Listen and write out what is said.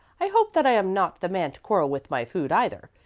i hope that i am not the man to quarrel with my food, either.